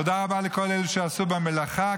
תודה רבה לכל אלה שעשו במלאכה.